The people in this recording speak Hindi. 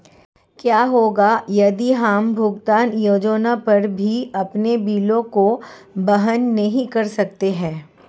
क्या होगा यदि हम भुगतान योजना पर भी अपने बिलों को वहन नहीं कर सकते हैं?